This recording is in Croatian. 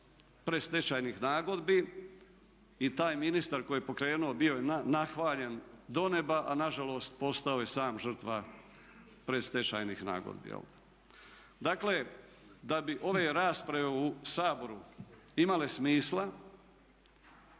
predstečajnih nagodbi i taj ministar koji je pokrenuo bio je nahvaljen do neba, a na žalost postao je sam žrtva predstečajnih nagodbi. Dakle, da bi ove rasprave u Saboru imale smisla